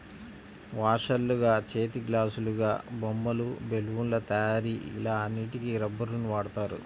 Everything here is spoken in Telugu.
వాషర్లుగా, చేతిగ్లాసులాగా, బొమ్మలు, బెలూన్ల తయారీ ఇలా అన్నిటికి రబ్బరుని వాడుతారు